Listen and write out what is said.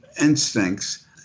instincts